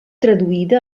traduïda